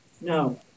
No